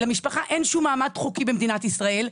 למשפחה אין שום מעמד חוקי במדינת ישראל,